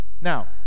now